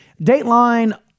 Dateline